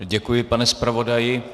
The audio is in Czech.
Děkuji, pane zpravodaji.